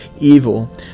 evil